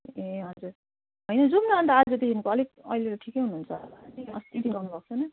ए हजुर हैन जाऔँ न अनि त आजदेखिन् त अलिक अहिले त ठिकै हुनुहुन्छ अस्तिदेखि आउनुभएको छैन